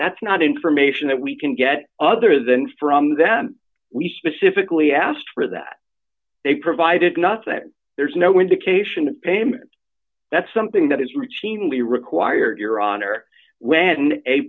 that's not information that we can get other than from them we specifically asked for that they provided nothing there's no indication of payment that's something that is routinely required your honor when a